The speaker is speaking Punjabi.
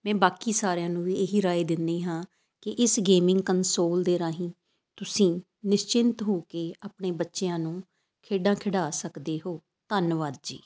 ਮੈਂ ਬਾਕੀ ਸਾਰਿਆਂ ਨੂੰ ਵੀ ਇਹ ਹੀ ਰਾਏ ਦਿੰਦੀ ਹਾਂ ਕਿ ਇਸ ਗੇਮਿੰਗ ਕਨਸੋਲ ਦੇ ਰਾਹੀਂ ਤੁਸੀਂ ਨਿਸ਼ਚਿੰਤ ਹੋ ਕੇ ਆਪਣੇ ਬੱਚਿਆਂ ਨੂੰ ਖੇਡਾਂ ਖਿਡਾ ਸਕਦੇ ਹੋ ਧੰਨਵਾਦ ਜੀ